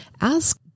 ask